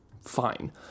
Fine